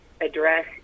address